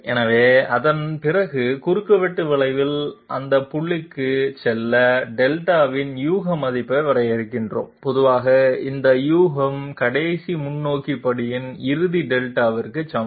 எனவே அதன் பிறகு குறுக்குவெட்டு வளைவில் அடுத்த புள்ளிக்குச் செல்ல δ இன் யூக மதிப்பை வரையறுக்கிறோம் பொதுவாக இந்த யூகம் கடைசி முன்னோக்கி படியின் இறுதி δ க்கு சமம்